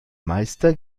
meister